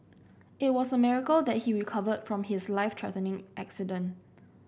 it was a miracle that he recovered from his life threatening accident